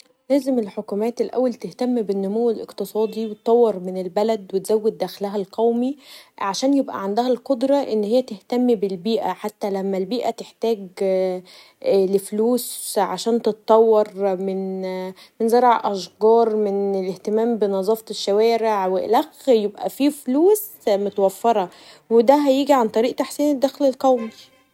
لازم الحكومات الاول تهتم بالنمو الاقتصادي وتطور من البلد و تزود دخلها القومي عشان يبقي عندها القدره انها تهتم بالبيئة حتي البيئه لما تحتاج لفلوس عشان تطور من زرع أشجار من اهتمام بنظافه الشوارع و ألخ يبقي فيه فلوس متوفره و دا هيجي عند طريق تحسين الدخل القومي